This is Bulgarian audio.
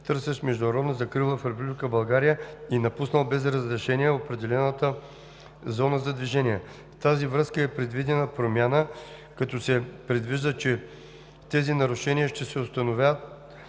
търсещ международна закрила в Република България и напуснал без разрешение определената зона за движение. В тази връзка е предвидена промяна, като се предвижда, че тези нарушения ще се установяват